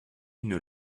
une